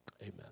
Amen